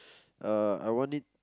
uh I want it